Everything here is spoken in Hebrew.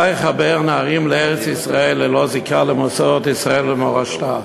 מה יחבר נערים לארץ-ישראל ללא זיקה למסורת ישראל ומורשתו?